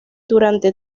durante